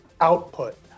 output